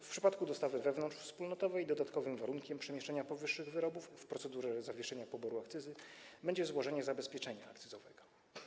W przypadku dostawy wewnątrzwspólnotowej dodatkowym warunkiem przemieszczania powyższych wyrobów w procedurze zawieszenia poboru akcyzy będzie złożenie zabezpieczenia akcyzowego.